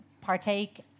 partake